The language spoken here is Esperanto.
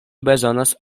bezonas